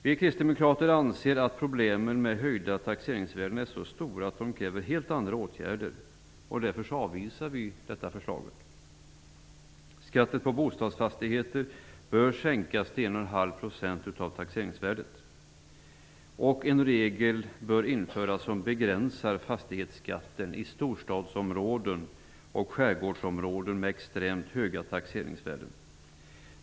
Vi kristdemokrater anser att problemen med de höjda taxeringsvärdena är så stora att de kräver helt andra åtgärder, och därför avvisar vi detta förslag. Skatten på bostadsfastigheter bör sänkas till 1,5 % av taxeringsvärdet. En regel bör införas som begränsar fastighetsskatten i storstadsområden och skärgårdsområden med extremt höga taxeringsvärden.